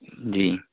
جی